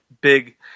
big